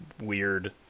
Weird